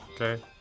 Okay